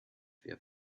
other